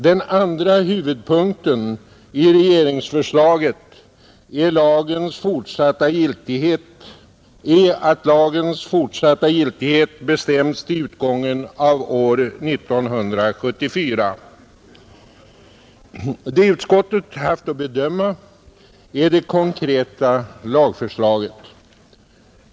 Den andra huvudpunkten i regeringsförslaget är att lagens fortsatta giltighet bestäms till utgången av år 1974. Det utskottet haft att bedöma är det konkreta lagförslaget.